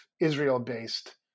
Israel-based